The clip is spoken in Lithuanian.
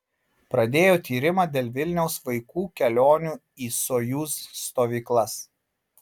pradėjo tyrimą dėl vilniaus vaikų kelionių į sojuz stovyklas